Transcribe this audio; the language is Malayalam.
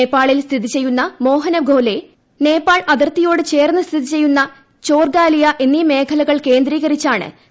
നേപ്പാളിൽ സ്ഥിതിചെയ്യുന്ന മോഹന ഖോല നേപ്പാൾ അതിർത്തിയോട് ചേർന്ന് സ്ഥിതിചെയ്യുന്ന ചോർഗാലിയ എന്നീ മേഖലകൾ കേന്ദ്രീകരിച്ചാണ് പുതിയ പഠനം നടന്നത്